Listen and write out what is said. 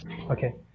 Okay